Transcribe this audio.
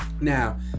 Now